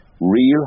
Real